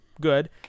good